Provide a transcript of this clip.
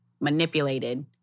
manipulated